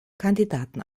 kandidaten